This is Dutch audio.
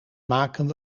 maken